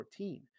2014